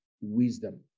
wisdom